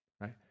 right